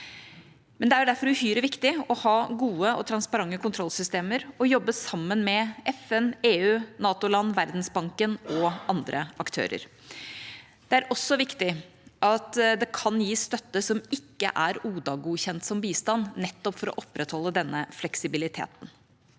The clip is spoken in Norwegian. Det er derfor uhyre viktig å ha gode og transparente kontrollsystemer og jobbe sammen med FN, EU, NATO-land, Verdensbanken og andre aktører. Det er også viktig at det kan gis støtte som ikke er ODA-godkjent som bistand, nettopp for å opprettholde denne fleksibiliteten.